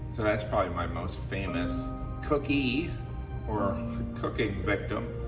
so that's probably my most famous cooky or cooking victim.